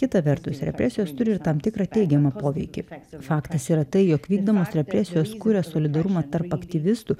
kita vertus represijos turi ir tam tikrą teigiamą poveikį faktas yra tai jog vykdomos represijos kuria solidarumą tarp aktyvistų